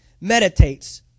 meditates